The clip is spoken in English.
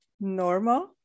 normal